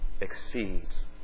exceeds